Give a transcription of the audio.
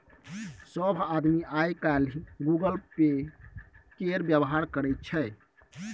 सभ आदमी आय काल्हि गूगल पे केर व्यवहार करैत छै